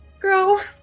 Girl